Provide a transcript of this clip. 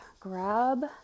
Grab